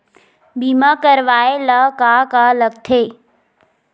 बीमा करवाय ला का का लगथे?